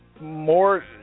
more